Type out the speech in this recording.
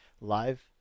live